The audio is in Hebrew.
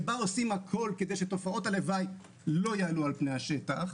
שבה עושים הכול כדי שתופעות הלוואי לא יעלו על פני השטח,